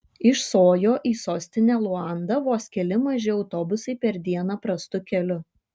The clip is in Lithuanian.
iš sojo į sostinę luandą vos keli maži autobusai per dieną prastu keliu